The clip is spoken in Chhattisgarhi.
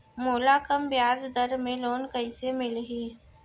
मोला कम ब्याजदर में लोन कइसे मिलही?